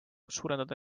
suurendada